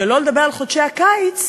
שלא לדבר על חודשי הקיץ,